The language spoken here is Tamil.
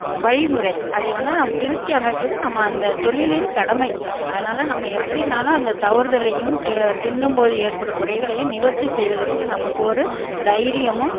வழிமுறை அதே வண்ணம் நம்ம திருத்தி அமைப்பது நம்ம அந்த தொழிலின் கடமை அதனால் நம்ம எப்படினாலும் அந்த தவறுதலையும் பின்னும் போது ஏற்படும் குறைகளையும் நிவர்த்தி செய்வதற்கு நமக்கு ஒரு தைரியமும்